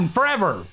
Forever